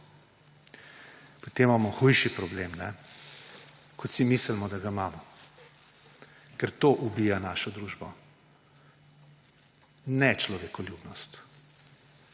potem imamo hujši problem, kot si mislimo, da ga imamo. Ker to ubija našo družbo, nečlovekoljubnost.